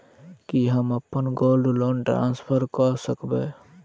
की हम अप्पन gold loan transfer करऽ सकबै?